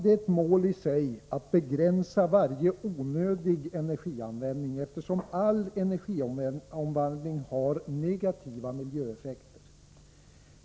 Det är ett mål i sig att begränsa varje onödig energianvändning, eftersom all energiomvandling har negativa miljöeffekter.